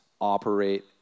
operate